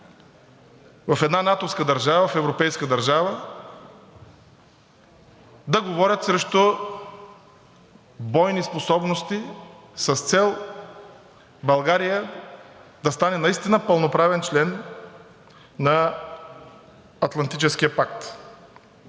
държава, в европейска държава, да говорят срещу бойни способности с цел България да стане наистина пълноправен член на Атлантическия пакт.